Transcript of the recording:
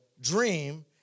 dream